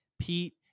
Pete